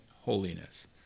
holiness